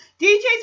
DJ's